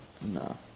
No